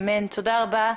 תודה רבה.